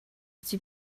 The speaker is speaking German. sie